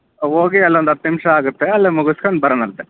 ಹೋಗಿ ಅಲ್ಲೊಂದು ಹತ್ತು ನಿಮಿಷ ಆಗತ್ತೆ ಅಲ್ಲೇ ಮುಗಿಸ್ಕೊಂಡು ಬರೋಣಂತೆ